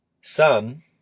Sun